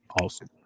awesome